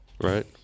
Right